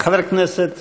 חבר הכנסת